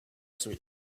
switch